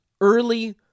early